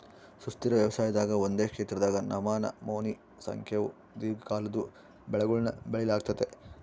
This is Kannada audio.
ಸುಸ್ಥಿರ ವ್ಯವಸಾಯದಾಗ ಒಂದೇ ಕ್ಷೇತ್ರದಾಗ ನಮನಮೋನಿ ಸಂಖ್ಯೇವು ದೀರ್ಘಕಾಲದ್ವು ಬೆಳೆಗುಳ್ನ ಬೆಳಿಲಾಗ್ತತೆ